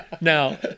Now